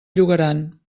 llogaran